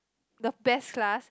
the best class